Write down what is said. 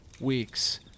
weeks